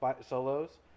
solos